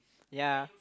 ya